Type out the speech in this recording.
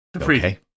Okay